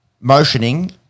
motioning